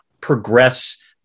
progress